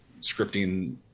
scripting